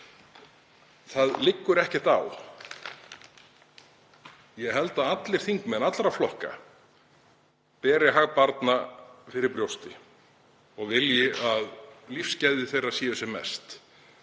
Það liggur ekkert á. Ég held að allir þingmenn allra flokka beri hag barna fyrir brjósti og vilji að lífsgæði þeirra séu sem mest.